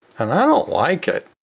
and i don't like it.